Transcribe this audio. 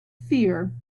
fear